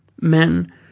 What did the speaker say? Men